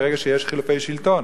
ברגע שיש חילופי שלטון.